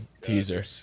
Teaser